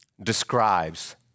describes